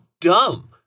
dumb